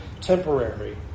temporary